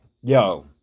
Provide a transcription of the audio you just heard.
yo